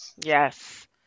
yes